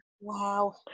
Wow